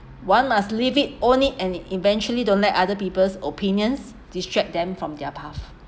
one must live it own it and eventually don't let other people's opinions distract them from their path